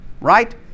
Right